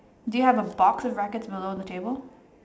do you have a box of rackets below the table